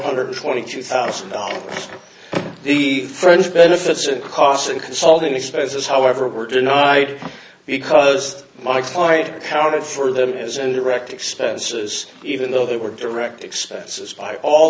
hundred twenty two thousand dollars the french benefits of costs and consulting expenses however were denied because my client counted for them as and direct expenses even though they were direct expenses by all